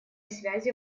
связи